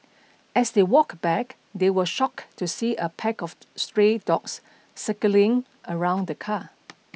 as they walked back they were shocked to see a pack of stray dogs circling around the car